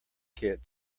kit